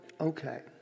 Okay